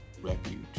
Refuge